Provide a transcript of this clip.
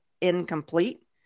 incomplete